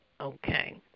okay